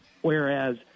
whereas